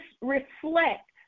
reflect